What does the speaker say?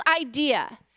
idea